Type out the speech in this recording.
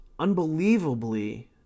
unbelievably